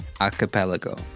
archipelago